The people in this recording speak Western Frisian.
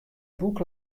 boek